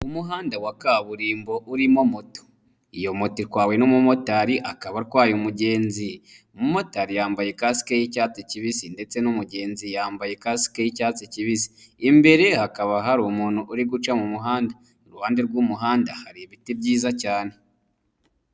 Umumuhanda wa kaburimbo urimo moto. Iyo moto itwawe n'umumotari akaba atwaye umugenzi. Umumotari yambaye kasike y'icyatsi kibisi ndetse n'umugenzi yambaye kasike yi'cyatsi kibisi. Imbere hakaba hari umuntu uri guca mu muhanda. Iruhande rw'umuhanda hari ibiti byiza cyane.